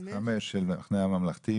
5 של המחנה הממלכתי?